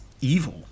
Evil